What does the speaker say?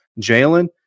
Jalen